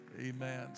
Amen